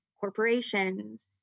corporations